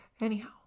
Anyhow